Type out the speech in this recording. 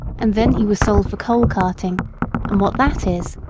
and then he was sold for coal-carting and what that is,